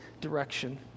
direction